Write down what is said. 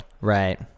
Right